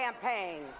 campaign